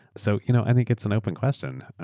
so you know i think it's an open question.